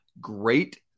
great